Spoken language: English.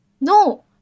No